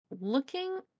looking